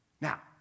Now